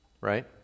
Right